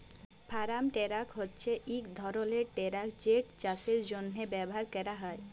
farm tractor হছে ইক ধরলের টেরাক যেট চাষের জ্যনহে ব্যাভার ক্যরা হয়